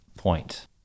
Point